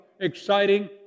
exciting